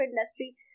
industry